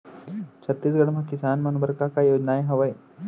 छत्तीसगढ़ म किसान मन बर का का योजनाएं हवय?